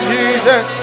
Jesus